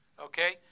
Okay